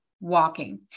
walking